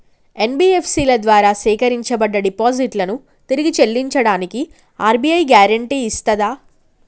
NBFC ల ద్వారా సేకరించబడ్డ డిపాజిట్లను తిరిగి చెల్లించడానికి ఆర్.బి.ఐ గ్యారెంటీ ఇస్తదా?